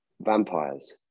Vampires